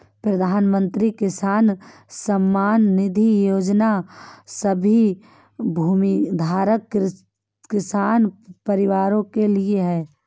प्रधानमंत्री किसान सम्मान निधि योजना सभी भूमिधारक किसान परिवारों के लिए है